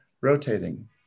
rotating